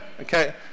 Okay